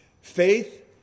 Faith